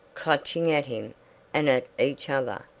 clutching at him and at each other.